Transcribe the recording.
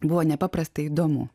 buvo nepaprastai įdomu